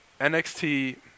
NXT